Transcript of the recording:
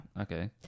Okay